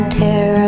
tear